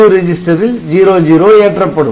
'W" ரிஜிஸ்டரில் '00' ஏற்றப்படும்